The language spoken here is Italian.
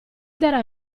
darà